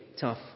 tough